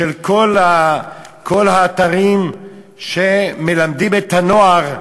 של כל האתרים שמלמדים את הנוער,